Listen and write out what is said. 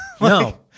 No